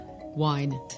Wine